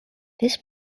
this